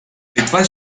литва